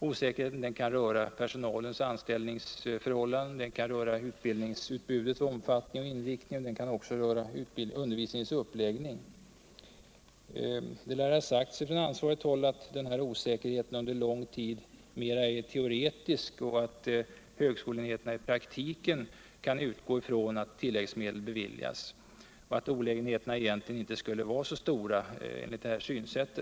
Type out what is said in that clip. Osäkerheten rör bl.a. personalens anställningsförhållanden, utbildningsutbudets omfattning och inriktning och undervisningens uppläggning. Det lär ha sagts från ansvarigt håll att denna osäkerhet under lång tid mera är tworeusk och att högskoleenheterna it praktiken kan utgå från att uilläggsmedel beviljas. Oläigenheterna skulle alltså inte behöva bli så stora enligt detta synsätt.